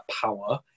power